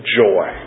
joy